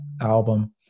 album